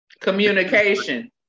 Communication